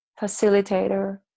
facilitator